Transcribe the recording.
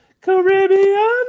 Caribbean